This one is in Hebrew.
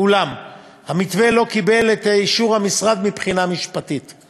אולם המתווה לא קיבל אישור משפטי מהמשרד.